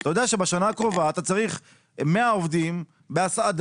אתה יודע שבשנה הקרובה אתה צריך 100 עובדים בהסעדה,